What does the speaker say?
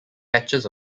patches